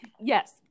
Yes